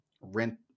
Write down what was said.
rent